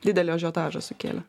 didelį ažiotažą sukėlė